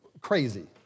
Crazy